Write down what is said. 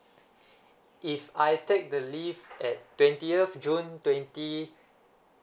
if I take the leave at twentieth june twenty